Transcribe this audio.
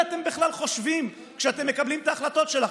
אתם חושבים בכלל כשאתם מקבלים את ההחלטות שלכם.